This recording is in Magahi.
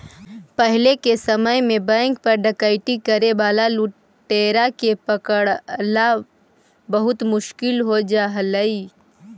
पहिले के समय में बैंक पर डकैती करे वाला लुटेरा के पकड़ला बहुत मुश्किल हो जा हलइ